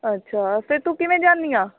ਅੱਛਾ ਫਿਰ ਤੂੰ ਕਿਵੇਂ ਜਾਂਦੀ ਆ